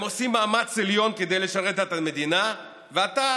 הם עושים מאמץ עליון כדי לשרת את המדינה, ואתה